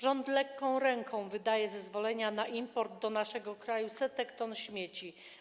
Rząd lekką ręką wydaje zezwolenia na import do naszego kraju setek ton śmieci.